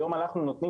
היום אנחנו נותנים,